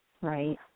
Right